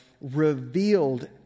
Revealed